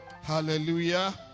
Hallelujah